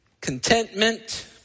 Contentment